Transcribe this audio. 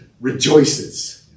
rejoices